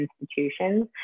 institutions